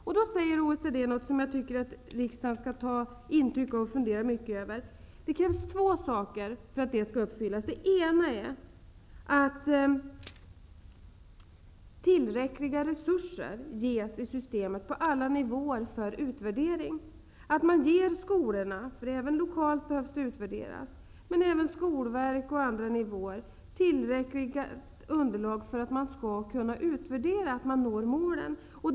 OECD säger då något som jag tycker att riksdagen skall ta intryck av och fundera mycket över, och för att det som sägs skall kunna uppfyllas krävs det två saker. Det ena är att det ges tillräckligt med resurer till utvärdering på alla nivåer i systemet, dvs. skolor -- det behövs utvärderas även lokalt -- skolverk och institutioner på andra nivåer. Det behövs tillräckligt med underlag för att utvärdering skall kunna göras och att mål nås.